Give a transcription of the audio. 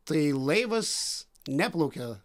tai laivas neplaukia